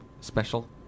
special